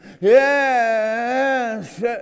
yes